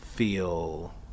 Feel